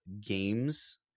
games